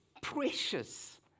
precious